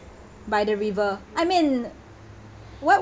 by the river I mean why